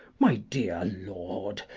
my dear lord,